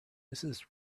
mrs